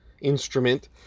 instrument